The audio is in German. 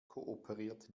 kooperiert